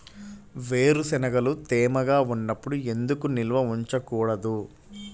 వేరుశనగలు తేమగా ఉన్నప్పుడు ఎందుకు నిల్వ ఉంచకూడదు?